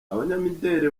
abanyamideri